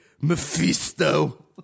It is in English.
Mephisto